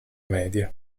media